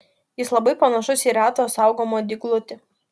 jis labai panašus į retą saugomą dyglutį